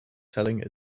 telling